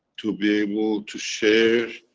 to be able to share,